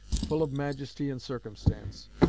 full of majesty and circumstance.